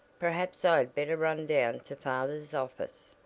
perhaps i had better run down to father's office,